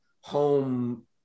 home